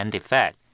effect